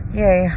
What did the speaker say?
yay